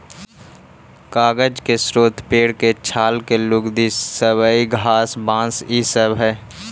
कागज के स्रोत पेड़ के छाल के लुगदी, सबई घास, बाँस इ सब हई